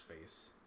face